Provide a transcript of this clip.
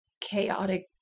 chaotic